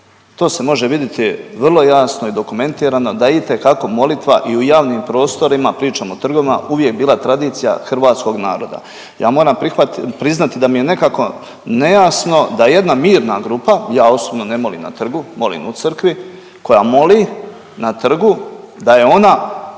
To se može vidjeti vrlo jasno i dokumentirano da itekako molitva i u javnim prostorima, pričamo o trgovima uvijek bila tradicija hrvatskog naroda. Ja moram priznati da mi je nekako nejasno da jedna mirna grupa, ja osobno ne molim na trgu, molim u crkvi, koja moli na trgu da je ona